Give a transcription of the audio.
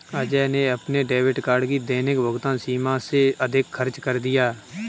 अजय ने अपने debit card की दैनिक भुगतान सीमा से अधिक खर्च कर दिया